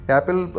Apple